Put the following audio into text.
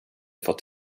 fått